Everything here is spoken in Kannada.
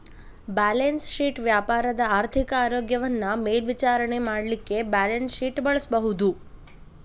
ಬ್ಯಾಲೆನ್ಸ್ ಶೇಟ್ ವ್ಯಾಪಾರದ ಆರ್ಥಿಕ ಆರೋಗ್ಯವನ್ನ ಮೇಲ್ವಿಚಾರಣೆ ಮಾಡಲಿಕ್ಕೆ ಬ್ಯಾಲನ್ಸ್ಶೇಟ್ ಬಳಸಬಹುದು